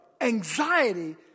anxiety